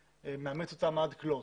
מאמץ אותם עד כלות.